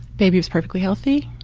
baby was perfectly healthy.